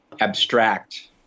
abstract